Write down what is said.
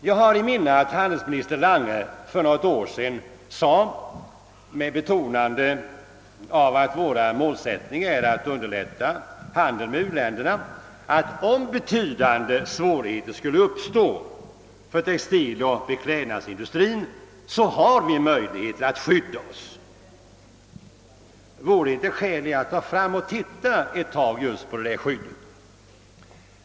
Jag har i minne, att handelsminister Lange för något år sedan med betonande av att vår målsättning är att underlätta handeln med u-länderna sade, att om betydande svårigheter skulle uppstå för textiloch beklädnadsindustrin, så har vi möjligheter att skydda oss. Vore det inte skäl i att nu ta till det skyddet!